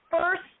first